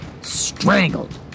strangled